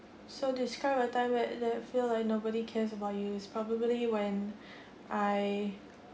so describe a time where that feel like nobody cares about you it's probably when I